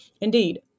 Indeed